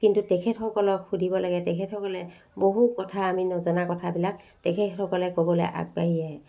কিন্তু তেখেতসকলক সুধিব লাগে তেখেতসকলে বহু কথা আমি নজনা কথাবিলাক তেখেতেসকলে ক'বলৈ আগবাঢ়ি আহে